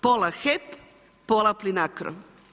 Pola HEP pola PLINACRO.